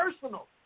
personal